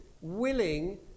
willing